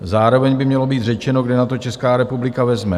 Zároveň by mělo být řečeno, kde na to Česká republika vezme.